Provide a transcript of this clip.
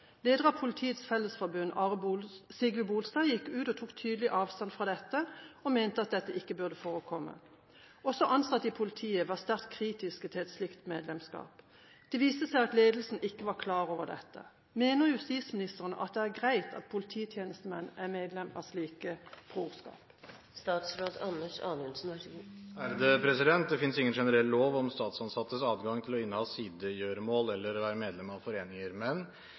Leder av Politiets Fellesforbund, Sigve Bolstad, gikk ut og tok tydelig avstand fra dette, og mente at dette ikke burde forekomme. Også ansatte i politiet var sterkt kritiske til slikt medlemskap. Det viste seg at ledelsen ikke var klar over dette. Mener statsråden det er greit at polititjenestemenn er medlemmer i slike brorskap?» Det finnes ingen generell lov om statsansattes adgang til å inneha sidegjøremål eller være medlem av foreninger,